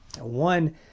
One